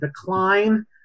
decline